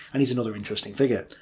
and he's another interesting figure.